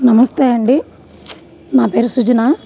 నమస్తే అండి నా పేరు సృజన